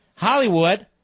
Hollywood